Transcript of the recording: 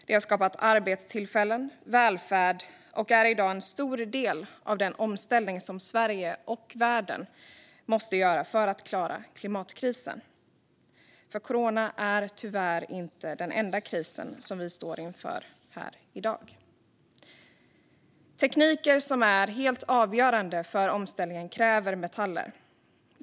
Den har skapat arbetstillfällen och välfärd och är i dag en stor del av den omställning som Sverige och världen måste göra för att klara klimatkrisen; corona är tyvärr inte den enda kris som vi står inför i dag. Tekniker som är helt avgörande för omställningen kräver metaller.